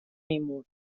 میمرد